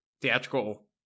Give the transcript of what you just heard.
theatrical